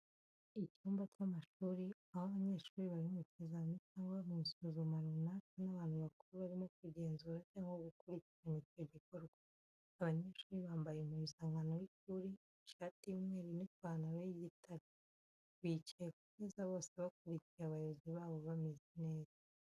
Icyumba cy'amashuri, aho abanyeshuri bari mu kizamini cyangwa mu isuzuma runaka n’abantu bakuru barimo kugenzura cyangwa gukurikirana icyo gikorwa. Abanyeshuri bambaye impuzankano y’ishuri, ishati y’umweru n’ipantaro y’igitare. Bicaye ku meza bose bakurikiye abayobozi babo bameze neza.